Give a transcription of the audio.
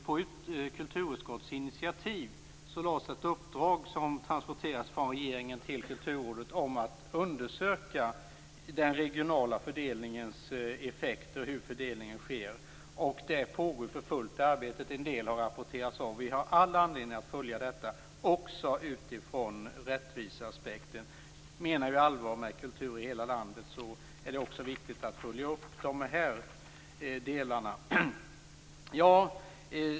På kulturutskottets initiativ lades ett uppdrag som transporterades från regeringen till Kulturrådet om att undersöka den regionala fördelningens effekt och hur fördelningen sker. Där pågår arbetet för fullt. En del har rapporterats av. Vi har all anledning att följa detta också utifrån rättviseaspekten. Menar vi allvar med kultur i hela landet är det också viktigt att följa upp de här delarna.